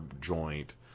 joint